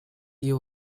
you